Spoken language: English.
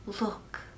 look